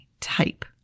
type